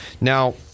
Now